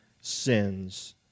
sins